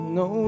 no